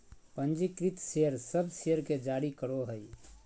पंजीकृत शेयर सब शेयर के जारी करो हइ